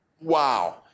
wow